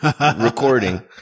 recording